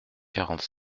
quarante